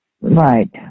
Right